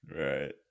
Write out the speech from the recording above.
Right